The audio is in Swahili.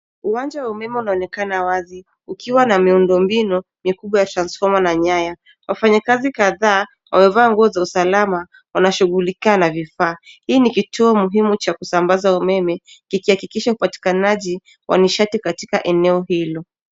Uwanja wa umeme unaonekana wazi ukiwa na miundombinu mikubwa ya transfoma na nyaya. Wafanyakazi kadhaa wamevaa nguo za usalama, wanashughulika na vifaa. Hii ni kituo muhimu cha kusabaza umeme kikihakikisha upatikanaji wa nishati katika eneo hilo.